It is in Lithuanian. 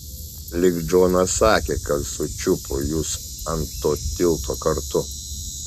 lyg džonas sakė kad sučiupo jus ant to tilto kartu